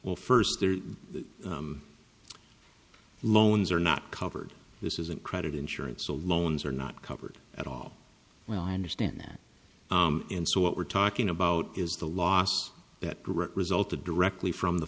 well first their loans are not covered this isn't credit insurance so loans are not covered at all well i understand that and so what we're talking about is the loss that direct result of directly from the